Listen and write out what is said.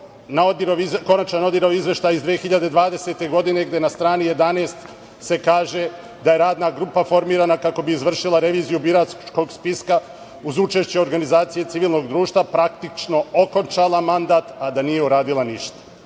konačni izveštaj iz 2020. godine, gde na strani 11. se kaže da je radna grupa formirana kako bi izvršila reviziju biračkog spiska uz učešće Organizacije civilnog društva, praktično okončala mandat, a da nije uradila ništa.